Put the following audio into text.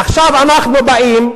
עכשיו אנחנו באים,